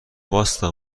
واستا